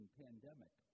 pandemic